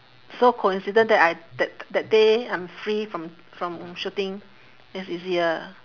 so coincident that I that that day I'm free from from shooting that's easier